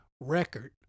record